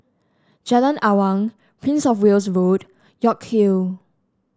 Jalan Awang Prince Of Wales Road York Hill